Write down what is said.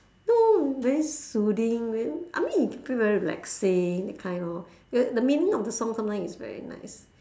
no very soothing very I mean you feel very relaxing that kind lor the meaning of the song sometimes is very nice